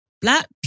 Black